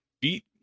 beat